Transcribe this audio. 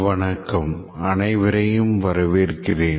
வணக்கம் அனைவரையும் வரவேற்கிறேன்